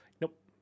Nope